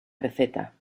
receta